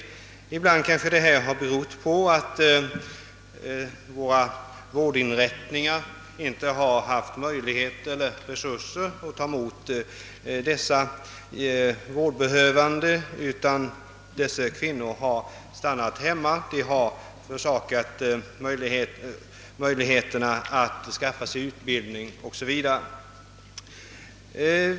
Att dessa kvinnor stannat hemma och gjort detta arbete, har väl ibland berott på att våra vårdinrättningar inte haft resurser för att ta emot de vårdbehövande. På detta sätt har de emellertid saknat möjligheter att skaffa sig utbildning o.s.v.